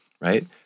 right